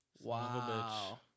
Wow